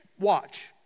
Watch